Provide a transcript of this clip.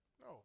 no